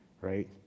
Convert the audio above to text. right